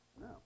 No